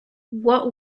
what